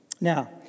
Now